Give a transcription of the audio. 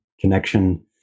connection